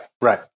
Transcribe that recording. right